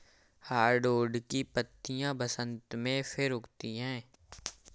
hardwood की पत्तियां बसन्त में फिर उगती हैं